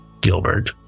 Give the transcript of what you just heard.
Gilbert